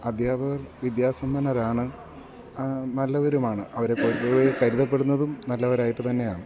അദ്ധ്യാപകർ വിദ്യാസമ്പനരാണ് നല്ലവരുമാണ് അവരേ പൊതുവേ കരുതപ്പെടുന്നതും നല്ലവരായിട്ട് തന്നെയാണ്